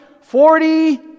Forty